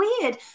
weird